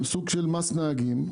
סוג של מס נהגים.